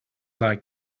like